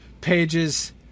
pages